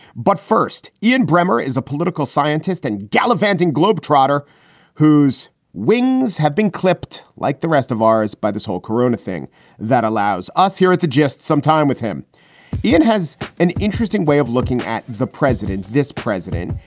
but first, ian bremmer is a political scientist and gallivanting globetrotter whose wings have been clipped like the rest of mars by this whole koruna thing that allows us here at the just some time with him ian has an interesting way of looking at the president, this president,